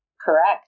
Correct